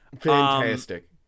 Fantastic